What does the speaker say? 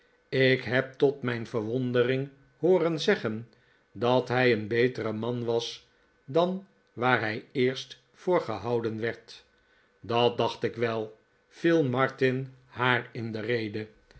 ik heb tot mijn verwondering hooren zeggen dat hij een betere man was dan waar hij eerst voor gehouden werd dat dacht ik wel viel martin haar in de rede